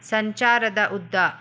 ಸಂಚಾರದ ಉದ್ದ